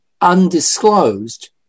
undisclosed